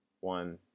one